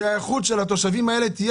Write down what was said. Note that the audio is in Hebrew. כדי שאיכות החיים של התושבים האלה תהיה